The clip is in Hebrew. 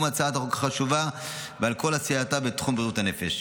הצעת החוק החשובה ועל כל עשייתה בתחום בריאות הנפש.